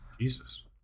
Jesus